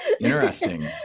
Interesting